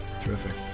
Terrific